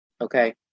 okay